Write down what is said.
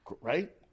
Right